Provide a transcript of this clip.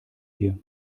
dir